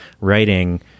writing